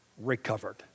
recovered